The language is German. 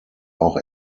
auch